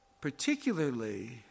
particularly